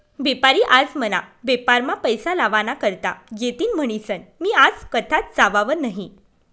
बेपारी आज मना बेपारमा पैसा लावा ना करता येतीन म्हनीसन मी आज कथाच जावाव नही